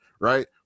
right